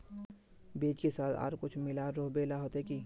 बीज के साथ आर कुछ मिला रोहबे ला होते की?